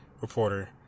reporter